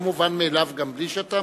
מצוין אם בצדו יבוא מנגנון אפקטיבי של פיקוח.